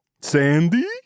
Sandy